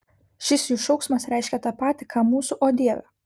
šis jų šauksmas reiškia tą patį ką mūsų o dieve